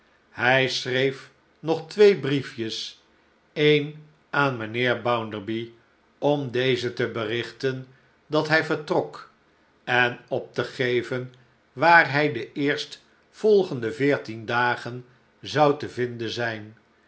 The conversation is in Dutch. hij schreef nog twee briefjes een aan mijnheer bounderby om dezen te berichten dat hij vertrok en op te geven waar hi de eerstvolgende veertien dagen zou te vinden zijn